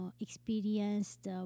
experienced